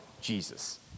Jesus